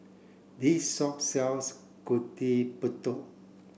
this shop sells Gudeg Putih